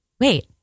wait